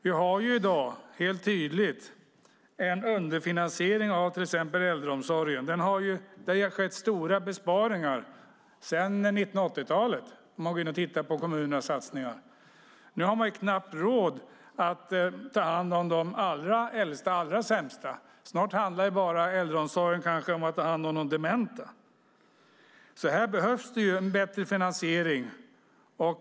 Vi har ju i dag helt tydligt en underfinansiering av till exempel äldreomsorgen. Där har skett stora besparingar sedan 1980-talet. Det ser man om man går in och tittar på kommunernas satsningar. Nu har man knappt råd att ta hand om de allra äldsta och allra sämsta. Snart handlar äldreomsorgen kanske bara om att ta hand om de dementa. Här behövs en bättre finansiering.